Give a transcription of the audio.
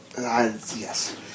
Yes